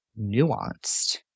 nuanced